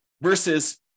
versus